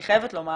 אני חייבת לומר.